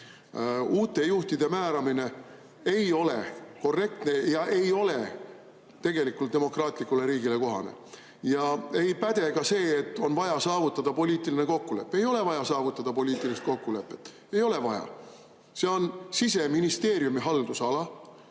uute juhtide määramine ei ole korrektne ja ei ole tegelikult demokraatlikule riigile kohane. Ja ei päde ka see, et on vaja saavutada poliitiline kokkulepe. Ei ole vaja saavutada poliitilist kokkulepet. Ei ole vaja. See on Siseministeeriumi haldusala